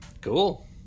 Cool